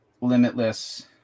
limitless